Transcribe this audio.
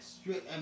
straight